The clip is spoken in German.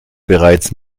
bereits